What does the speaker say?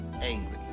angry